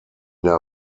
der